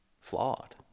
flawed